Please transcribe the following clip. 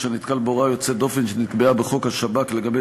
אשר נתקל בהוראה יוצאת דופן שנקבעה בחוק השב"כ לגבי